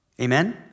Amen